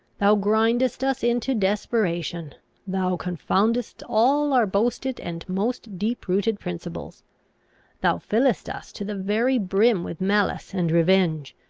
thou grindest us into desperation thou confoundest all our boasted and most deep-rooted principles thou fillest us to the very brim with malice and revenge,